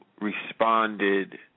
Responded